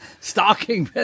Stalking